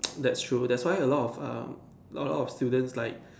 that's true that's why a lot of um a lot of students like